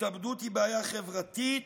התאבדות היא בעיה חברתית